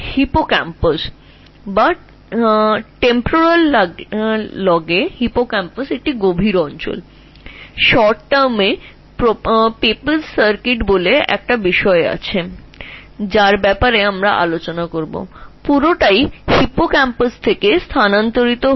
hippocampus temporal log এর মধ্যে একটি গভীর অঞ্চল এবং সংক্ষেপে এখানে একটি পেপিজ সার্কিট নামে কিছু একটা রয়েছে যার বিষয়ে আমরা কথা বলব পুরো জিনিসটি হিপোক্যাম্পাস থেকে স্থানান্তরিত হয়